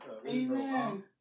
Amen